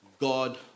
God